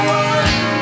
one